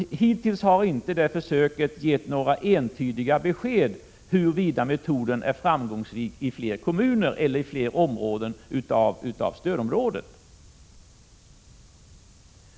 Hittills har inte detta försök gett entydiga besked om huruvida metoden skulle vara framgångsrik i fler kommuner eller områden i stödområdet.